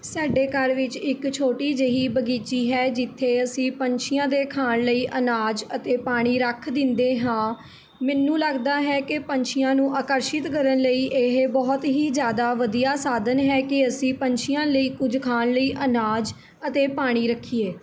ਸਾਡੇ ਘਰ ਵਿੱਚ ਇੱਕ ਛੋਟੀ ਜਿਹੀ ਬਗੀਚੀ ਹੈ ਜਿੱਥੇ ਅਸੀਂ ਪੰਛੀਆਂ ਦੇ ਖਾਣ ਲਈ ਅਨਾਜ ਅਤੇ ਪਾਣੀ ਰੱਖ ਦਿੰਦੇ ਹਾਂ ਮੈਨੂੰ ਲੱਗਦਾ ਹੈ ਕਿ ਪੰਛੀਆਂ ਨੂੰ ਆਕਰਸ਼ਿਤ ਕਰਨ ਲਈ ਇਹ ਬਹੁਤ ਹੀ ਜ਼ਿਆਦਾ ਵਧੀਆ ਸਾਧਨ ਹੈ ਕਿ ਅਸੀਂ ਪੰਛੀਆਂ ਲਈ ਕੁਝ ਖਾਣ ਲਈ ਅਨਾਜ ਅਤੇ ਪਾਣੀ ਰੱਖੀਏ